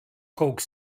coke